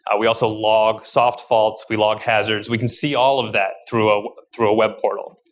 ah we also log soft faults. we log hazards. we can see all of that through ah through a web portal.